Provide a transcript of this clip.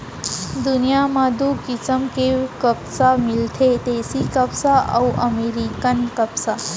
दुनियां म दू किसम के कपसा मिलथे देसी कपसा अउ अमेरिकन कपसा